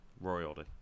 Royalty